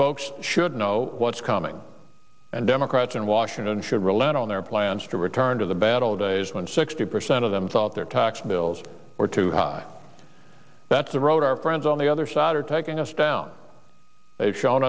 folks should know what's coming and democrats in washington should roll out on their plans to return to the bad old days when sixty percent of them thought their tax bills were too high that's the road our friends on the other side are taking us down